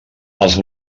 els